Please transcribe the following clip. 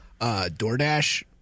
DoorDash